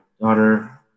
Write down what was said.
daughter